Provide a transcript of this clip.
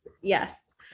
yes